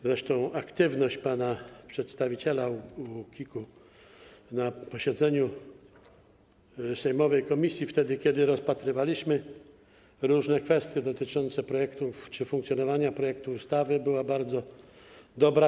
Zresztą aktywność pana przedstawiciela UOKiK-u na posiedzeniu sejmowej komisji, kiedy rozpatrywaliśmy różne kwestie dotyczące projektu czy funkcjonowania projektu ustawy, była bardzo dobra.